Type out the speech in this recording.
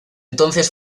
entonces